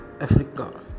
Africa